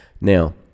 Now